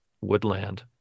woodland